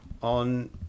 on